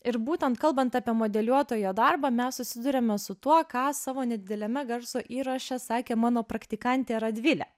ir būtent kalbant apie modeliuotojo darbą mes susiduriame su tuo ką savo nedideliame garso įraše sakė mano praktikantė radvilė